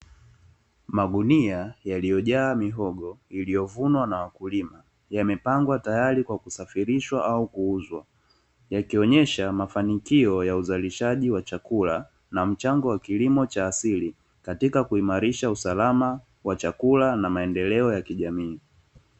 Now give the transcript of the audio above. Magunia yaliyojaa mihogo iliyovunwa na wakulima ,yamepangwa tayari kwa kusafirishwa au kuuzwa yakionyesha mafanikio ya uzalishaji wa chakula, na mchango wa kilimo cha asili katika kuimarisha usalama wa chakula na maendeleo ya kijamii.